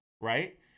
Right